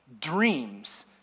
dreams